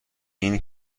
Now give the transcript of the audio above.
اینه